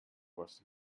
was